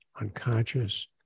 unconscious